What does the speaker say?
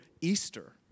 Easter